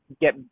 get